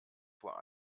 vor